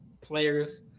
players